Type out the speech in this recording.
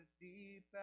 deep